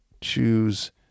choose